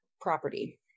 property